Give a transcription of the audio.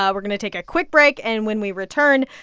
um we're going to take a quick break. and when we return,